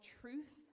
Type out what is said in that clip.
truth